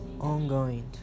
ongoing